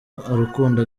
urukundo